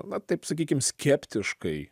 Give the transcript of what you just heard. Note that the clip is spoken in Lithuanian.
na taip sakykim skeptiškai